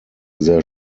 sehr